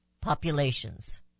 populations